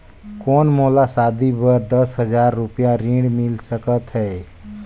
कौन मोला शादी बर दस हजार रुपिया ऋण मिल सकत है?